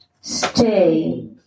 stay